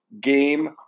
game